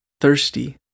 thirsty